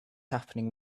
happening